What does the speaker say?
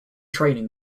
training